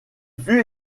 fut